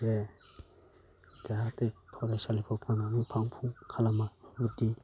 बे जाहाते फरायसालिफ्राव थांनानै फां फुं खालामा बेबादि